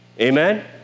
Amen